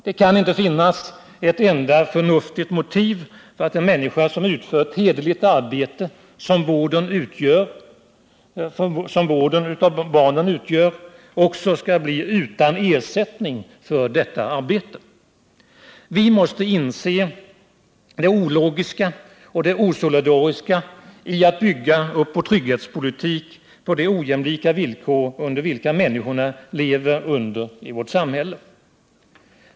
Det kan inte finnas ett enda förnuftigt motiv för att en människa som utför ett hederligt arbete som vården av barn utgör — också skall bli utan en rimlig ersättning för detta arbete. Vi måste inse det ologiska och osolidariska i att bygga upp vårt trygghetssystem på de ojämlika villkor under vilka människorna lever i vårt samhälle.